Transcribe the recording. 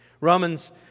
Romans